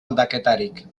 aldaketarik